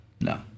no